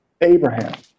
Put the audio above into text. Abraham